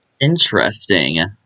Interesting